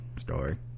story